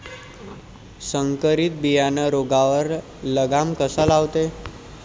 संकरीत बियानं रोगावर लगाम कसा लावते?